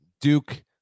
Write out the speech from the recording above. Duke